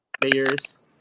players